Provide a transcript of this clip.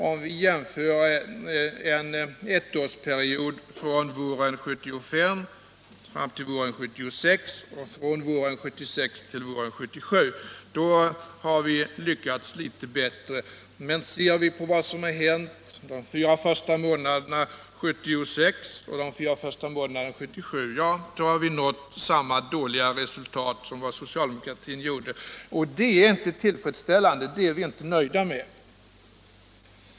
Om vi jämför en ettårsperiod från våren 1975 fram till våren 1976 med en ettårsperiod från våren 1976 fram till våren 1977 har vi lyckats litet bättre, men ser vi på vad som hänt de fyra första månaderna 1976 och de fyra första månaderna 1977 finner vi att vi har nått samma dåliga resultat som socialdemokratin gjorde. Det är inte tillfredsställande. Det är vi inte nöjda med.